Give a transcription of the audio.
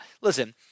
listen